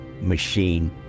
machine